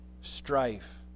strife